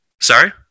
sorry